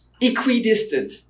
Equidistant